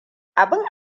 abin